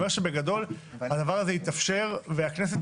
אני אומר שבגדול הדבר הזה התאפשר והכנסת